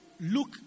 look